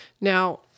Now